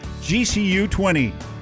GCU20